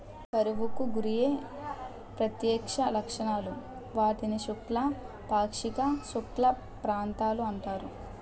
కరువుకు గురయ్యే ప్రత్యక్ష లక్షణాలు, వాటిని శుష్క, పాక్షిక శుష్క ప్రాంతాలు అంటారు